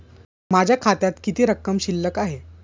माझ्या खात्यात किती रक्कम शिल्लक आहे?